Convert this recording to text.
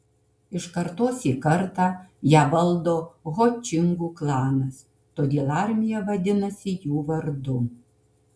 iš kartos į kartą ją valdo ho čingų klanas todėl armija vadinasi jų vardu